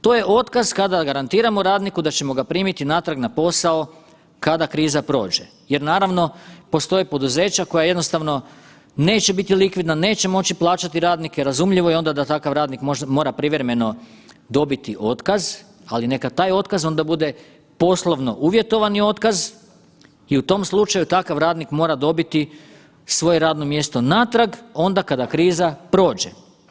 To je otkaz kada garantiramo radniku da ćemo ga primiti natrag na posao kada kriza prođe jer naravno postoje poduzeća koje jednostavno neće biti likvidna, neće moći plaćati radnike, razumljivo je onda da takav radnik mora privremeno dobiti otkaz, ali neka taj otkaz onda bude poslovno uvjetovani otkaz i u tom slučaju takav radnik mora dobiti svoje radno mjesto natrag onda kada kriza prođe.